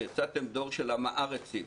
ויצאתם דור של ה"עם-ארצים".